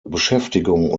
beschäftigung